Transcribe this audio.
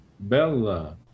bella